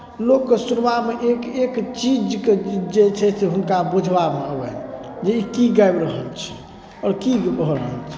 लोककेँ सुनबामे एक एक चीजके गीत जे छै से हुनका बुझबामे आबनि जे ई की गाबि रहल छै आओर की भऽ रहल छै